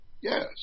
Yes